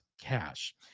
cash